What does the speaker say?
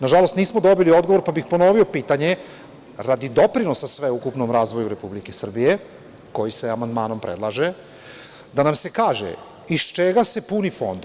Nažalost, nismo dobili odgovor pa bih ponovio pitanje radi doprinosa sveukupnom razvoju Republike Srbije, koji se amandmanom predlaže, da nam se kaže iz čega se puni fond?